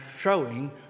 showing